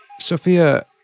Sophia